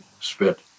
spit